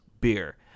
beer